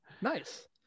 Nice